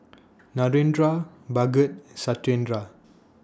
Narendra Bhagat Satyendra